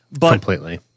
Completely